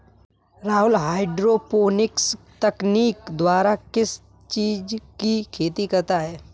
Rahul hydroponics तकनीक द्वारा किस चीज की खेती करता है?